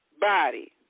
body